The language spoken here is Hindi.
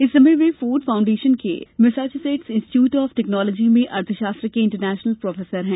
इस समय वे फोर्ड फाउंडेशन के मैसाचुसेट्स इंस्टिट्यूट ऑफ टेक्नॉलोजी में अर्थशास्त्र के इंटरनेशनल प्रोफेसर हैं